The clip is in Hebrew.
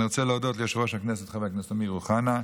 אני רוצה להודות ליושב-ראש הכנסת חבר הכנסת אמיר אוחנה,